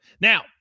Now